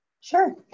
Sure